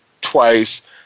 twice